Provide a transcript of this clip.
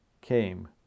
came